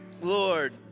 Lord